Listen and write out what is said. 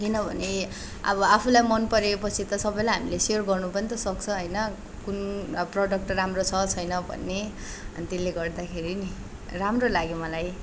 किनभने अब आफूलाई मनपरे पछि त सबैलाई हामीले सेयर गर्नु पनि त सक्छ होइन कुन अब प्रोडक्ट राम्रो छ छैन भन्ने अनि त्यसले गर्दाखेरि नि राम्रो लाग्यो मलाई